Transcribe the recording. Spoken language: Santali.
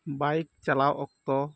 ᱵᱟᱭᱤᱠ ᱪᱟᱞᱟᱣ ᱚᱠᱛᱚ